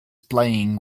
playing